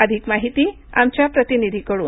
अधिक माहिती आमच्या प्रतिनिधीकडून